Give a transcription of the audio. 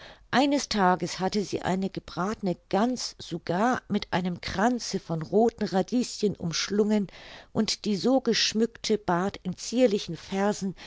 eines tages hatte sie eine gebratene gans sogar mit einem kranze von rothen radieschen umschlungen und die so geschmückte bat in zierlichen versen